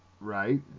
Right